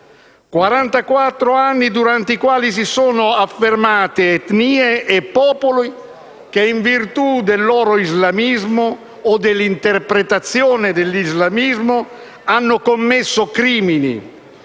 anni durante i quali si sono affermati etnie e popoli che, in virtù del loro islamismo o dell'interpretazione dell'islamismo, hanno commesso crimini